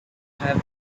have